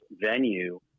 venue